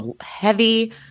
heavy